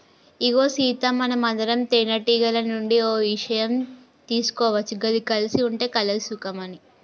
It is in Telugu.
ఇగో సీత మనందరం తేనెటీగల నుండి ఓ ఇషయం తీసుకోవచ్చు గది కలిసి ఉంటే కలదు సుఖం అని